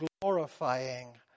glorifying